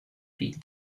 been